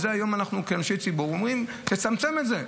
והיום אנחנו כאנשי ציבור אומרים: צמצם את זה.